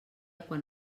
quan